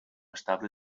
estable